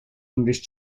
english